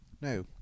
no